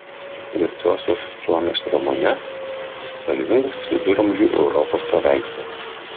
garsiosios suomės romane spalvingas viduramžių europos paveikslas